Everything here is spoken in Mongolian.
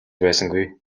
байсангүй